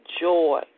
joy